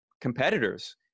competitors